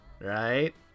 right